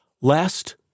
lest